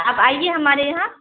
آپ آئیے ہمارے یہاں